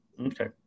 Okay